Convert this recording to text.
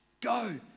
Go